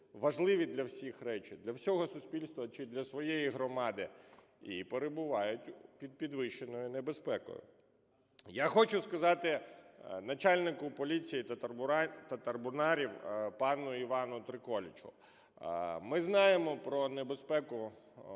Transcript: важливі для всіх речі для всього суспільства чи для своєї громади і перебувають під підвищеною небезпекою. Я хочу сказати начальнику поліції Татарбунарів пану Івану Триколічу. Ми знаємо про небезпеку,